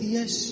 Yes